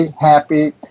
happy